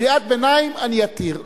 קריאת ביניים אני אתיר.